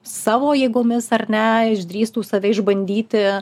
savo jėgomis ar ne išdrįstų save išbandyti